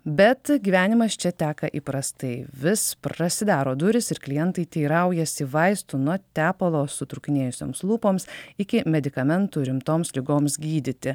bet gyvenimas čia teka įprastai vis prasidaro durys ir klientai teiraujasi vaistų nuo tepalo sutrūkinėjusioms lūpoms iki medikamentų rimtoms ligoms gydyti